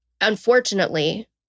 unfortunately